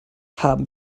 haben